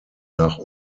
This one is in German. nach